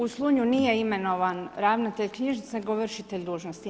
U Slunju nije imenovan ravnatelj knjižnice, nego vršitelj dužnosti.